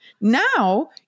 Now